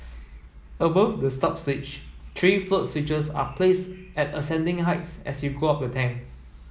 above the stop switch three float switches are placed at ascending heights as you go up the tank